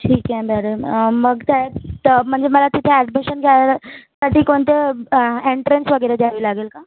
ठीक आहे मॅडम मग त्यात म्हणजे मला तिथे ॲडमिशन घ्यायला साठी कोणतं एन्ट्रन्स वगैरे द्यावी लागेल का